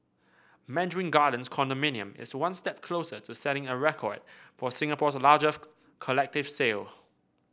Mandarin Gardens condominium is one step closer to setting a record for Singapore's largest collective sale